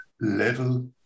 level